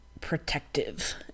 protective